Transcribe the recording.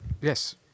yes